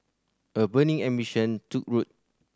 a burning ambition took root